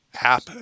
app